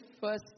first